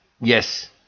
Yes